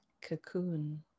cocoon